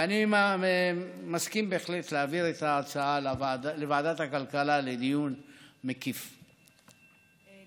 אני מסכים בהחלט להעביר את ההצעה לדיון מקיף בוועדת הכלכלה.